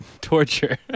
torture